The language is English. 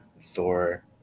Thor